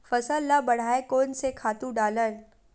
फसल ल बढ़ाय कोन से खातु डालन?